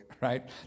right